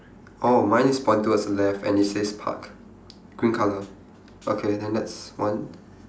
orh mine is point towards the left and it says park green colour okay then that's one